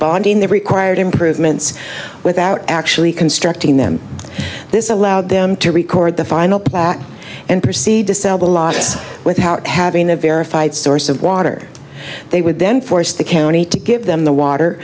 bonding the required improvements without actually constructing them this allowed them to record the final back and proceed to sell the lots without having a verified source of water they would then force the county to give them the water